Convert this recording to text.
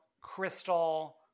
Crystal